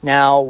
Now